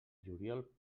juliol